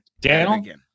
Daniel